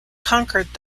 conquered